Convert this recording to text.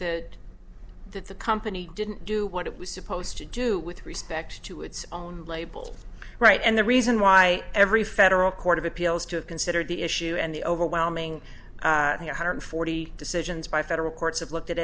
that that the company didn't do what it was supposed to do with respect to its own label right and the reason why every federal court of appeals to consider the issue and the overwhelming one hundred forty decisions by federal courts have looked at